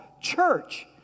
church